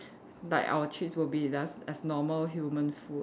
like our treats will be just as normal human food